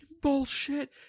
bullshit